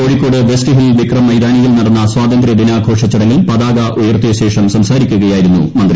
Kozhikode West Hill Vikram മൈതാനിയിൽ നടന്ന സ്വാതന്ത്ര്യ ദിനാഘോഷ ചടങ്ങിൽ പതാക ഉയർത്തിയശേഷം സംസാരിക്കുകയായിരുന്നു മന്ത്രി